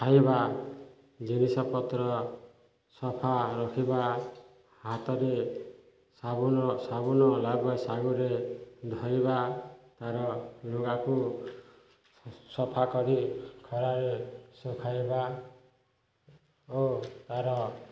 ଖାଇବା ଜିନିଷପତ୍ର ସଫା ରଖିବା ହାତରେ ସାବୁନ ସାବୁନ ଲଗାଇ ସାଙ୍ଗରେ ଧୋଇବା ତାର ଲୁଗାକୁ ସଫା କରି ଖରାରେ ଶୁଖାଇବା ଓ ତାର